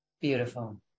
Beautiful